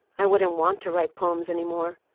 i wouldn't want to write poems anymore.